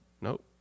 Nope